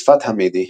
שפת ה־MIDI.